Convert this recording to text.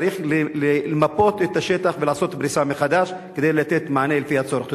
צריך למפות את השטח ולעשות פריסה מחדש כדי לתת מענה לפי הצורך.